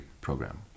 program